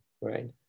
right